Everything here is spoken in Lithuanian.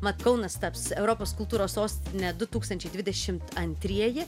mat kaunas taps europos kultūros sostine du tūkstančiai dvidešimt antrieji